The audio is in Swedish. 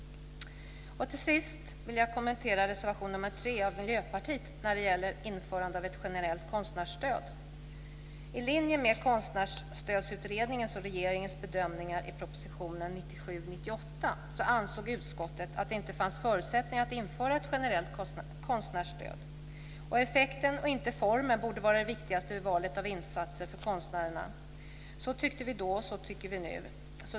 Till sist vill jag kommentera reservation nr 3 av Miljöpartiet när det gäller införande av ett generellt konstnärsstöd. ansåg utskottet att det inte fanns förutsättningar att införa ett generellt konstnärsstöd. Effekten och inte formen borde vara det viktigaste vid valet av insatser för konstnärerna. Så tyckte vi då, och så tycker vi nu.